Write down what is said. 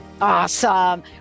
Awesome